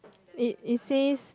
it it says